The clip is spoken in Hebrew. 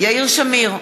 יאיר שמיר,